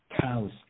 cows